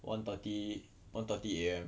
one thirty one thirty A_M